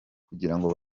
kugirango